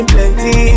Plenty